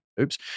oops